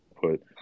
put